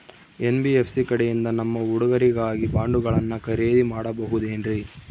NBFC ಕಡೆಯಿಂದ ನಮ್ಮ ಹುಡುಗರಿಗಾಗಿ ಬಾಂಡುಗಳನ್ನ ಖರೇದಿ ಮಾಡಬಹುದೇನ್ರಿ?